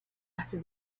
after